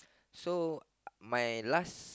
so I my last